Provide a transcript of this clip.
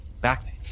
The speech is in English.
Back